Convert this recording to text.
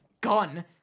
gun